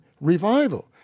revival